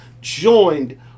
Joined